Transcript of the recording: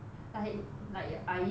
like like 矮一点